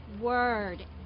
word